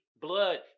blood